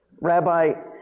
Rabbi